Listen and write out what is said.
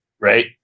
Right